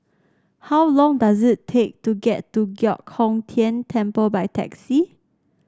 how long does it take to get to Giok Hong Tian Temple by taxi